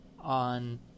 on